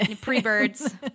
pre-birds